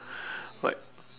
like